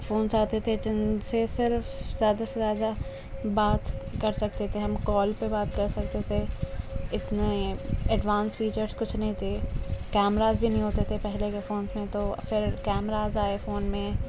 phones آتے تھے جن سے صرف زیادہ سے زیادہ کر سکتے تھے ہم کال پہ بات کر سکتے تھے اتنے ایڈوانس فیچرس کچھ نہیں تھے کیمراز بھی نہیں ہوتے تھے پہلے فونس میں تو پھر کیمراز آئے فون میں